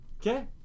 okay